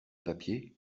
papier